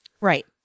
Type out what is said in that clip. Right